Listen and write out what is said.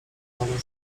narożnym